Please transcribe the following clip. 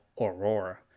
Aurora